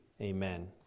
Amen